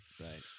Right